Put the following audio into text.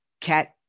cat